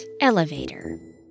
elevator